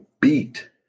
beat